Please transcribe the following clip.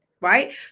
right